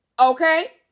Okay